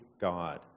God